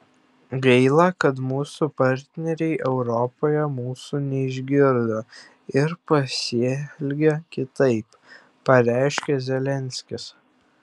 gaila kad mūsų partneriai europoje mūsų neišgirdo ir pasielgė kitaip pareiškė zelenskis